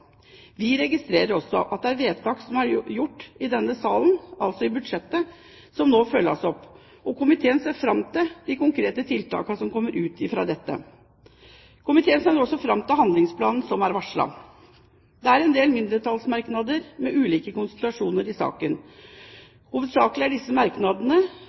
Vi registrerer også at det er vedtak som er gjort i denne salen – altså i budsjettet – som nå følges opp. Komiteen ser fram til de konkrete tiltakene som kommer ut av dette. Komiteen ser også fram til handlingsplanen som er varslet. Det er en del mindretallsmerknader, med ulike konstellasjoner, i saken. Hovedsakelig er disse merknadene